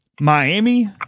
Miami